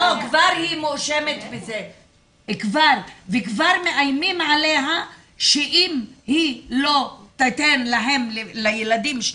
כבר היא מואשמת בזה וכבר מאיימים עליה שאם היא לא תיתן לשני הילדים,